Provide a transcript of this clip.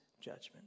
judgment